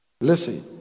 Listen